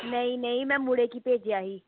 नेईं नेईं में मुड़े गी भेजेआ ही